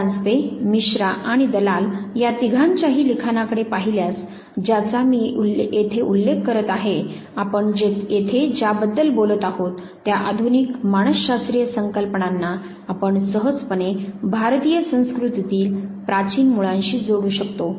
परांजपे मिश्रा आणि दलाल या तिघांच्याही लिखाणाकडे पाहिल्यास ज्याचा मी येथे उल्लेख करीत आहे आपण येथे ज्याबद्दल बोलत आहोत त्या आधुनिक मानस शास्त्रीय संकल्पनांना आपण सहजपणे भारतीय संस्कृतीतील प्राचीन मुळांशी जोडू शकतो